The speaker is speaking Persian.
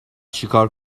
چیکار